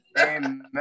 Amen